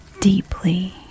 deeply